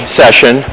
session